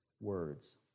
words